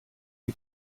you